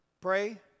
pray